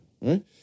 right